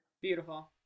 Beautiful